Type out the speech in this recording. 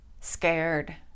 scared